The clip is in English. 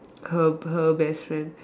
her her best friend